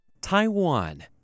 Taiwan